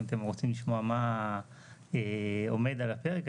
אם אתם רוצים לשמוע מה עומד על הפרק,